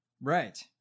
Right